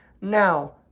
Now